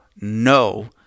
no